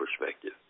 perspective